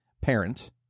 parent